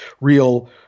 real